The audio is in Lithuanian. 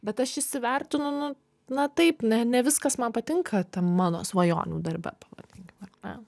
bet aš įsivertinu nu na taip ne ne viskas man patinka tam mano svajonių darbe pavadinkim ar ne